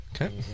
Okay